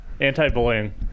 Anti-bullying